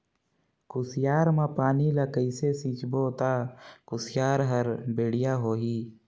कुसियार मा पानी ला कइसे सिंचबो ता कुसियार हर बेडिया होही?